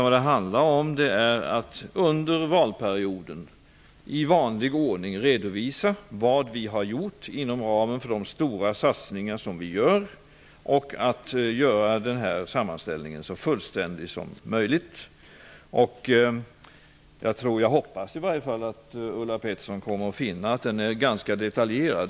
Vad det handlar om är att vi under valperioden i vanlig ordning redovisar vad vi har gjort inom ramen för de stora satsningar som vi gör och att göra sammanställningen så fullständig som möjlig. Jag tror, jag hoppas i varje fall, att Ulla Pettersson kommer att finna att skrivelsen är ganska detaljerad.